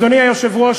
אדוני היושב-ראש,